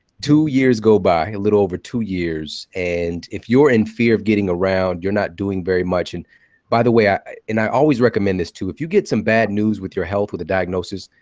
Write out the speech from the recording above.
two years go by, a little over two years, and if you're in fear of getting around, you're not doing very much. by the way, i and i always recommend this too. if you get some bad news with your health, with a diagnosis,